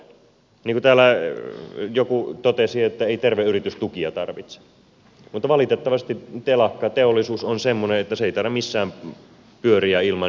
niin kuin täällä joku totesi ei terve yritys tukia tarvitse mutta valitettavasti telakkateollisuus on semmoinen että se ei taida missään pyöriä ilman jonkunmoista tukea